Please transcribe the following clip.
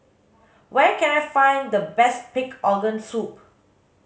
where can I find the best pig organ soup